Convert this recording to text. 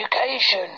education